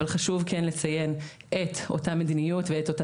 אבל חשוב כן לציין את אותה מדיניות ואת אותה